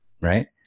Right